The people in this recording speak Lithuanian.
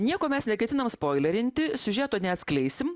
nieko mes neketinam spoilerinti siužeto neatskleisim